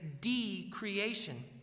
de-creation